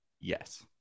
Yes